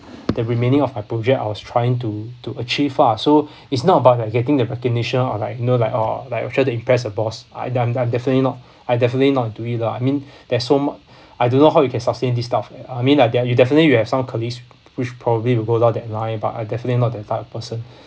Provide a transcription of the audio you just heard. the remaining of my project I was trying to to achieve far so it's not about like getting the recognition or like know like oh like you how to impress the boss I I'm I'm definitely not I definitely not into it lah I mean there's so much I don't know how you can sustain this kind of I mean like de~ you definitely you have some colleagues which probably will go down that line but I definitely not that type of person